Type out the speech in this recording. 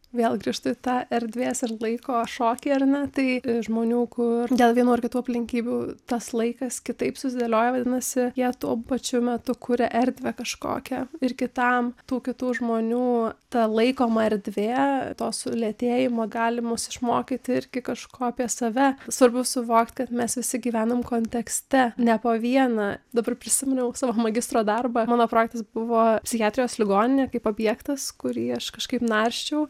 vėl grįžtu į tą erdvės ir laiko šokį ar ne tai žmonių kur dėl vienų ar kitų aplinkybių tas laikas kitaip susidėlioja vadinasi jie tuo pačiu metu kuria erdvę kažkokią ir kitam tų kitų žmonių ta laikoma erdvė to sulėtėjimo gali mus išmokyti irgi kažko apie save svarbu suvokti kad mes visi gyvenam kontekste ne po vieną dabar prisiminiau savo magistro darbą mano projektas buvo psichiatrijos ligoninė kaip objektas kurį aš kažkaip narsčiau